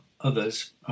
others